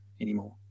anymore